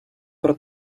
про